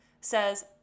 says